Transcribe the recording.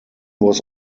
was